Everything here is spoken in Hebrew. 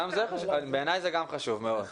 בסדר, בעיניי זה גם חשוב מאוד.